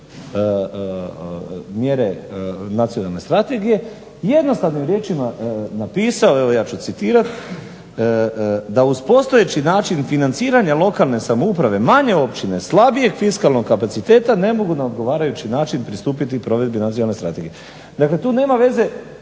mjere Nacionalne strategije jednostavnim riječima napisao, evo ja ću citirati: "da uz postojeći način financiranja lokalne samouprave manje općine slabijeg fiskalnog kapaciteta ne mogu na odgovarajući način pristupiti provedbi Nacionalne strategije." Dakle, tu nema veze